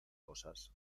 cosas